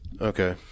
Okay